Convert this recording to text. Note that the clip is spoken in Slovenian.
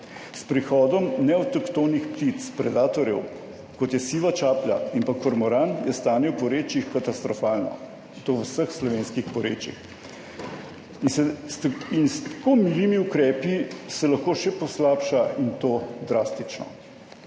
S prihodom neavtohtonih ptic, predatorjev, kot je siva čaplja in pa kormoran, je stanje v porečjih katastrofalno. To v vseh slovenskih porečjih. In s tako milimi ukrepi se lahko še poslabša in to drastično.